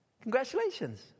Congratulations